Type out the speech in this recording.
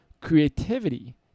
creativity